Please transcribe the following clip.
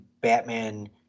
Batman